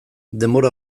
denbora